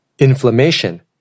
Inflammation